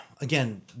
again